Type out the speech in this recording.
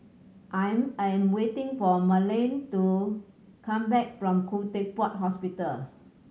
I am waiting for Marlyn to come back from Khoo Teck Puat Hospital